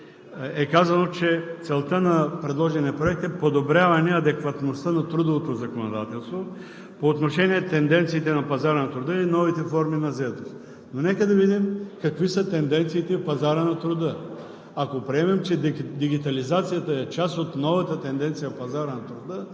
е казано, че целта на предложения проект е подобряване адекватността на трудовото законодателство по отношение тенденциите на пазара на труда и новите форми на заетост. Нека да видим обаче какви са тенденциите в пазара на труда. Ако приемем, че дигитализацията е част от новата тенденция на пазара на труда,